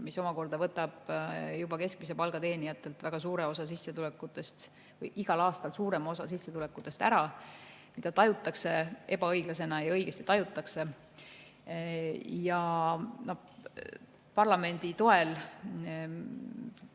mis omakorda võtab juba keskmise palga teenijatelt väga suure osa sissetulekutest, igal aastal suurema osa sissetulekutest ära. Seda tajutakse ebaõiglasena, ja õigesti tajutakse. Parlamendi toel